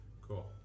cool